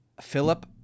Philip